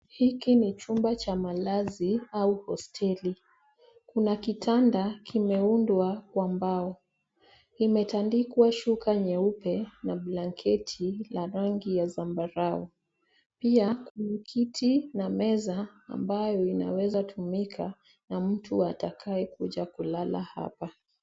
Hiki ni chumba cha malazi au hosteli. Kuna kitanda kimeundwa kwa mbao. Imetandikwa shuka nyeupe na blanketi la rangi ya zambarau. Pia, kuna kiti na meza ambayo inaweza tumika na mtu atakayekuja kulala hapa.